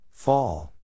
Fall